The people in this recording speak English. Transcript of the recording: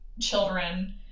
children